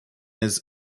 his